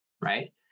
right